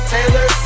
Taylor